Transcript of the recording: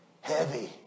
heavy